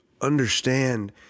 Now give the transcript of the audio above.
understand